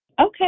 Okay